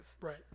right